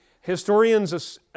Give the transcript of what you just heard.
Historians